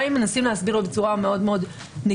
גם אם מנסים להסביר לו בצורה מאוד נגישה,